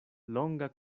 longa